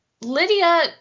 Lydia